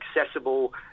accessible